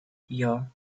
your